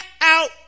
out